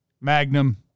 Magnum